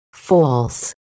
false